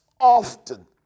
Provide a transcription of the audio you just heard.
often